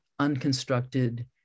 unconstructed